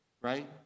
right